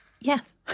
Yes